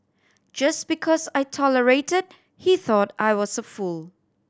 just because I tolerated he thought I was a fool